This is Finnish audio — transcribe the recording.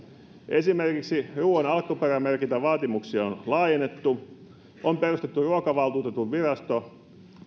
esimerkiksi ruuan alkuperämerkintävaatimuksia on laajennettu on perustettu ruokavaltuutetun virasto